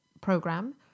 program